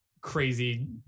crazy